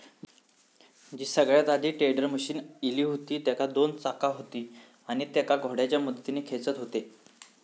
जी सगळ्यात आधी टेडर मशीन इली हुती तेका दोन चाका हुती आणि तेका घोड्याच्या मदतीन खेचत हुते